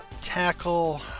tackle